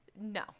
no